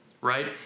right